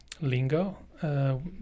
Lingo